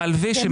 המלווה.